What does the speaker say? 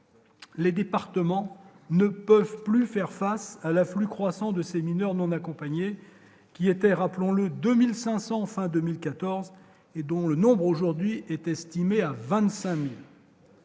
Les départements ne peuvent plus faire face à l'afflux croissant de ces mineurs non accompagnés qui était, rappelons-le, 2500 fin 2014 et dont le nombre aujourd'hui est estimé à 25000.